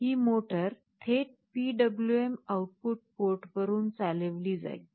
ही motor थेट PWM output पोर्टवरून चालविली जाईल